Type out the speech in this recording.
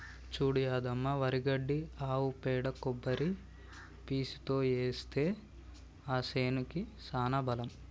చూడు యాదమ్మ వరి గడ్డి ఆవు పేడ కొబ్బరి పీసుతో ఏస్తే ఆ సేనుకి సానా బలం